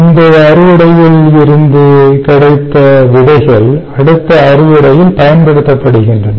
முந்தைய அறுவடையில் இருந்து கிடைத்த விதைகள் அடுத்த அறுவடையில் பயன்படுத்தப்படுகின்றன